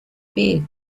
bed